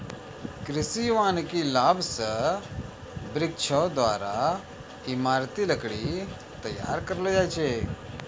कृषि वानिकी लाभ से वृक्षो द्वारा ईमारती लकड़ी तैयार करलो जाय छै